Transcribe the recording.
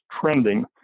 trending